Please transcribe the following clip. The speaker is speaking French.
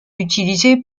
utilisé